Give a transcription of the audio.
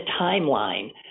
timeline